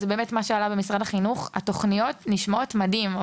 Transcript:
התוכניות שעלו ממשרד החינוך נשמעות באמת מדהים,